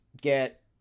get